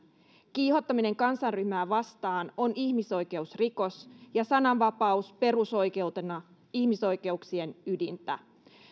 kiihottaminen kansanryhmää vastaan on ihmisoikeusrikos ja sananvapaus perusoikeutena ihmisoikeuksien ydintä